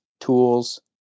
tools